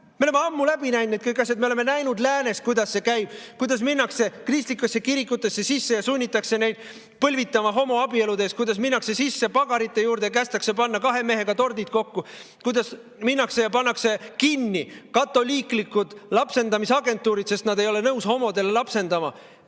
Me oleme ammu läbi näinud kõik need asjad, me oleme näinud, kuidas see läänes käib, kuidas minnakse kristlikutesse kirikutesse sisse ja sunnitakse põlvitama homoabielude [sõlmimise] ees, kuidas minnakse sisse pagarite juurde ja kästakse panna kahe mehe [kujud] tordile, kuidas minnakse ja pannakse kinni katoliiklikud lapsendamisagentuurid, sest nad ei ole nõus homodele lapsendama.